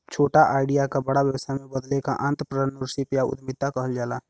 छोटा आईडिया क बड़ा व्यवसाय में बदले क आंत्रप्रनूरशिप या उद्दमिता कहल जाला